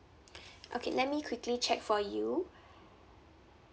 okay let me quickly check for you